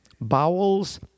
bowels